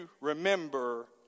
remember